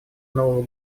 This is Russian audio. нового